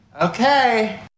Okay